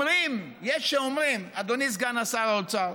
יש שאומרים, אדוני סגן שר האוצר,